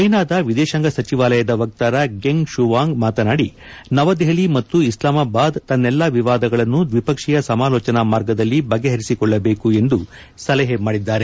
ಚೀನಾದ ವಿದೇತಾಂಗ ಸಚಿವಾಲಯದ ವಕ್ತಾರ ಗೆಂಗ್ ಶೂವಾಂಗ್ ಮಾತನಾಡಿ ನವದೆಹಲಿ ಮತ್ತು ಇಸ್ಲಾಮಾಬಾದ್ ತನ್ನೆಲ್ಲಾ ವಿವಾದಗಳನ್ನು ದ್ವಿಪಕ್ಷೀಯ ಸಮಾಲೋಚನಾ ಮಾರ್ಗದಲ್ಲಿ ಬಗೆಹರಿಸಿಕೊಳ್ಳಬೇಕು ಎಂದು ಸಲಹೆ ಮಾಡಿದ್ದಾರೆ